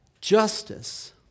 justice